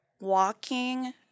walking